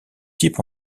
type